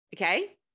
Okay